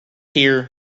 here